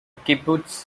kibbutz